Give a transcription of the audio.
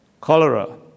Cholera